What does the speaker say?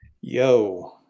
Yo